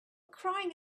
crying